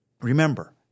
Remember